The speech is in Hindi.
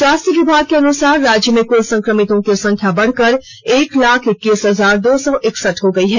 स्वास्थ विभाग के अनुसार राज्य में कुल संक्रमितों की संख्या बढ़कर एक लाख इक्कीस हजार दो सौ इकसठ हो गई है